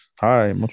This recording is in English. Hi